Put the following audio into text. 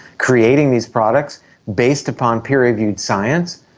creating these products based upon peer-reviewed science.